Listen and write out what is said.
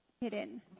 hidden